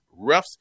refs